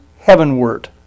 heavenward